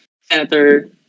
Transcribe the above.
Senator